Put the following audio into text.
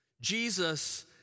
Jesus